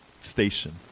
station